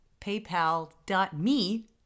paypal.me